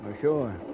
Sure